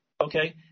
okay